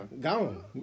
Gone